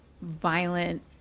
violent